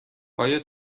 آیا